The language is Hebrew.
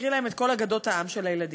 הקריא להם את כל אגדות העם של הילדים.